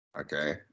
okay